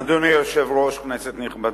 אדוני היושב-ראש, כנסת נכבדה,